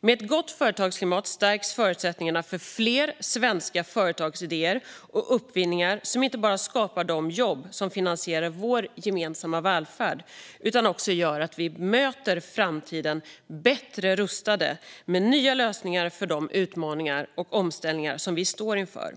Med ett gott företagsklimat stärks förutsättningarna för fler svenska företagsidéer och uppfinningar som inte bara skapar de jobb som finansierar vår gemensamma välfärd utan också gör att vi möter framtiden bättre rustade med nya lösningar för de utmaningar och omställningar vi står inför.